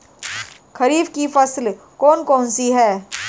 खरीफ की फसलें कौन कौन सी हैं?